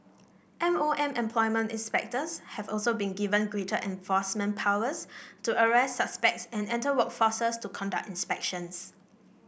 M O M employment inspectors have also been given greater enforcement powers to arrest suspects and enter work to conduct inspections